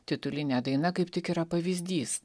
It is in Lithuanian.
titulinė daina kaip tik yra pavyzdys